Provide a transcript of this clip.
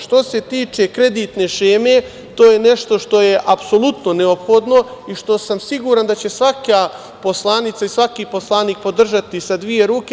Što se tiče kreditne šeme, to je nešto što je apsolutno neophodno i što sam siguran da će svaka poslanica i svaki poslanik podržati sa dve ruke.